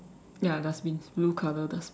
ya dustbin blue colour dustbin